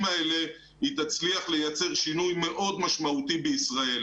האלה היא תצליח לייצר שינוי משמעותי בישראל,